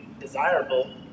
desirable